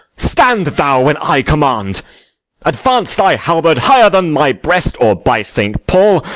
stand thou, when i command advance thy halberd higher than my breast, or, by saint paul,